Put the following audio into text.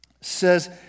says